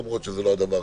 למרות שזה לא הדבר,